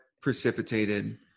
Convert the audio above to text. precipitated